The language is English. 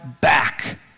back